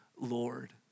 Lord